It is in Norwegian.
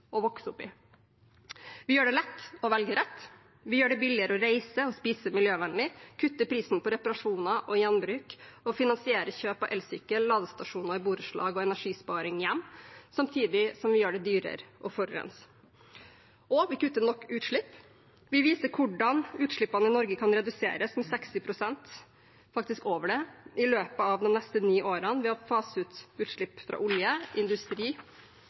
vokse opp i. Vi gjør det lett å velge rett, vi gjør det billigere å reise og spise miljøvennlig, vi kutter prisen på reparasjoner og gjenbruk og finansierer kjøp av elsykkel, ladestasjoner i borettslag og energisparing hjemme, samtidig som vi gjør det dyrere å forurense. Og vi kutter nok utslipp: Vi viser hvordan utslippene i Norge kan reduseres med 60 pst. – faktisk mer enn det – i løpet av de neste ni årene ved å fase ut utslipp fra olje, industri